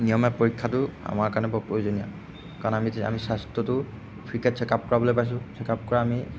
নিয়মীয়া পৰীক্ষাটো আমাৰ কাৰণে বৰ প্ৰয়োজনীয় কাৰণ আমি আমি স্বাস্থ্যটো ফ্ৰীকৈ চেকআপ কৰাবলৈ পাইছোঁ চেকআপ কৰা আমি